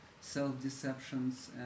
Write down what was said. self-deceptions